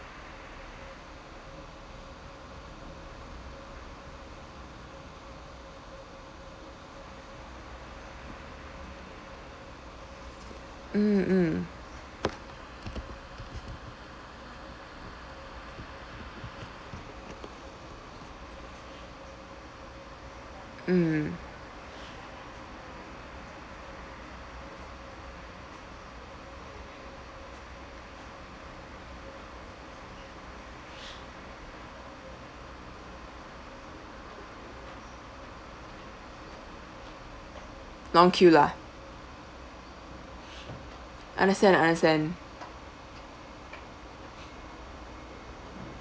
mm mm mm long queue lah understand understand